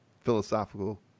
philosophical